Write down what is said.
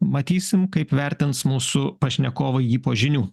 matysim kaip vertins mūsų pašnekovai jį po žinių